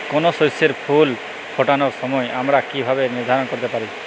কোনো শস্যের ফুল ফোটার সময় আমরা কীভাবে নির্ধারন করতে পারি?